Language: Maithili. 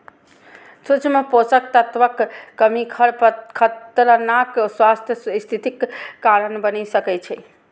सूक्ष्म पोषक तत्वक कमी खतरनाक स्वास्थ्य स्थितिक कारण बनि सकै छै